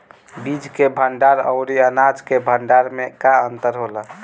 बीज के भंडार औरी अनाज के भंडारन में का अंतर होला?